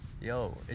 yo